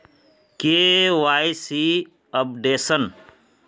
KYC updation?